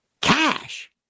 Cash